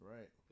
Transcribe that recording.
Right